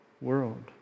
world